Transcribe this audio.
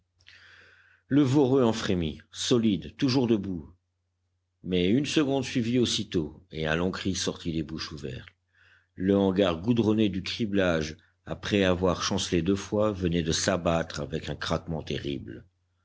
solide toujours debout mais une seconde suivit aussitôt et un long cri sortit des bouches ouvertes le hangar goudronné du criblage après avoir chancelé deux fois venait de s'abattre avec un craquement terrible